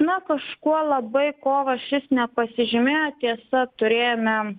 na kažkuo labai kovas šis nepasižymėjo tiesa turėjome